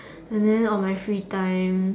and then on my free time